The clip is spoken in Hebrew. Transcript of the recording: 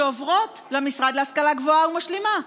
שעוברות למשרד להשכלה גבוהה ומשלימה.